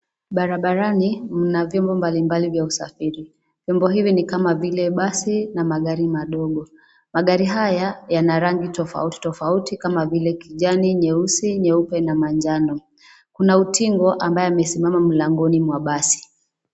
Barabarani kuna vyombo mbalimbali vya usafiri. Vyombo hivi ni kama vile basi na magari madogo. Magari haya yana rangi tofauti tofauti kama vile kijani, nyeusi, nyeupe na majano. Kuna utingo ambaye amesimama mlangoni mwa basi.